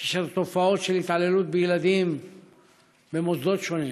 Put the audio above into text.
כאשר יש תופעות של התעללות בילדים במוסדות שונים.